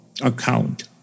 account